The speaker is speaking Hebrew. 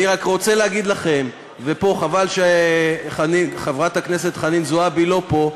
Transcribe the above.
אני רק רוצה להגיד לכם וחבל שחברת הכנסת חנין זועבי איננה פה,